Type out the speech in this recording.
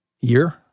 year